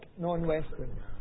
non-Western